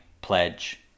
pledge